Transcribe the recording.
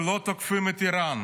ולא תוקפים את איראן?